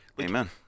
Amen